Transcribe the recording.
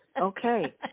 okay